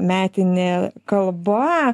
metinė kalba